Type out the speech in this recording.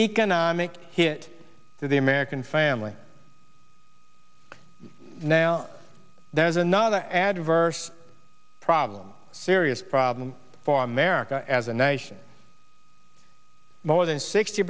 economic hit to the american family now there's another adverse problem serious problem for america as a nation more than sixty